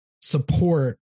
support